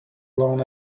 long